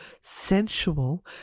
sensual